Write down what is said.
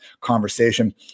conversation